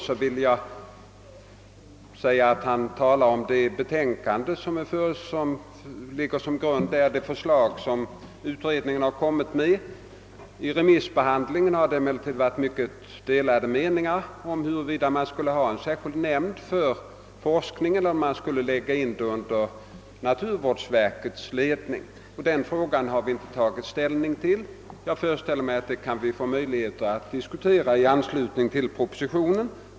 Jag vill erinra om att han talar om det förslag som utredningen har framlagt. Vid remissbehandlingen har det emellertid rått mycket delade meningar om huruvida man skulle ha en särskild nämnd för forskning eller om man skulle lägga in den under naturvårdsverkets ledning. Denna fråga har vi inte tagit ställning till ännu. Jag föreställer mig att vi kan få möjligheter att diskutera den i anslutning till propositionen.